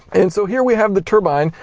and so here we have the turbine,